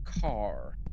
car